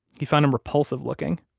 he found him repulsive-looking,